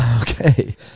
okay